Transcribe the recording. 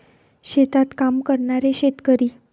शेतात काम करणारे शेतकरी